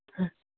ਹਾਂ